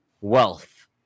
wealth